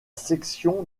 section